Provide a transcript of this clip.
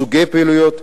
סוגי פעילויות,